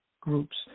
groups